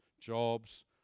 jobs